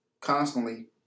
constantly